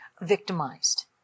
victimized